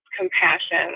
compassion